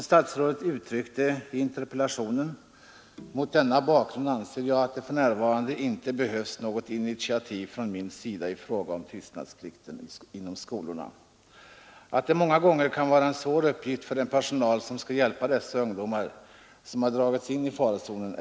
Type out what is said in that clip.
Statsrådet säger i interpellationssvaret: ”Mot denna bakgrund anser jag att det för närvarande inte behövs något initiativ från min sida i fråga om tystnadsplikten inom skolorna.” Naturligtvis kan det många gånger vara en svår uppgift för den personal som skall hjälpa ungdomar som dragits in i farozonen.